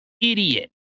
idiot